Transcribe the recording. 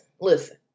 listen